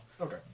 Okay